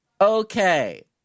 Okay